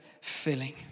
filling